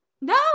No